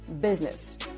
business